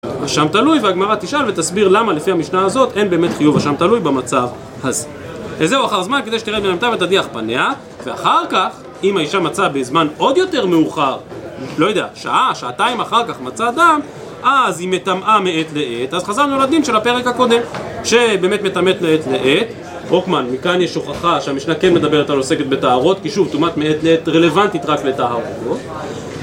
אשם תלוי והגמרא תשאל ותסביר למה לפי המשנה הזאת אין באמת חיוב אשם תלוי במצב הזה. איזהו אחר זמן כדי שתרד מן המטה ותדיח פניה ואחר כך אם האשה מצאה בזמן עוד יותר מאוחר לא יודע שעה, שעתיים אחר כך מצאה דם אז היא מטמאה מעת לעת. אז חזרנו לדין של הפרק הקודם שבאמת מטמאת מעת לעת רוקמן מכאן יש הוכחה שהמשנה כן מדברת על עוסקת בטהרות כי שוב טומאת מעת לעת רלוונטית רק לטהרות